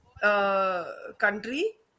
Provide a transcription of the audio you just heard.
Country